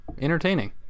Entertaining